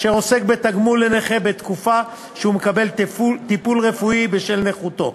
אשר עוסק בתגמול לנכה בתקופה שהוא מקבל טיפול רפואי בשל נכותו.